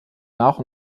nach